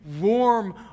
warm